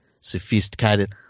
sophisticated